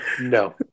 No